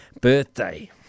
birthday